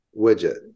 widget